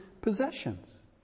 possessions